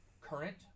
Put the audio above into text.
current